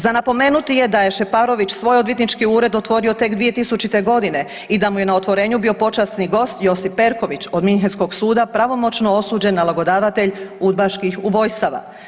Za napomenuti je da je Šeparović svoj odvjetnički ured otvorio tek 2000. godine i da mu je na otvorenju bio počasni gost Josip Perković od Münchenskog suda pravomoćno osuđen nalogodavatelj udbaških ubojstava.